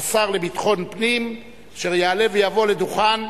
השר לביטחון הפנים, אשר יעלה ויבוא לדוכן,